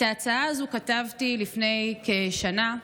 את ההצעה הזו כתבתי לפני כשנה.